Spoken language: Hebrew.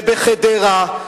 ובחדרה,